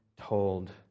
told